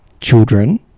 children